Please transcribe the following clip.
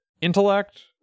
intellect